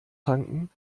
tanken